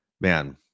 man